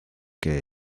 que